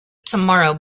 tomorrow